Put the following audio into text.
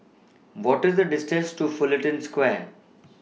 What of The distance to Fullerton Square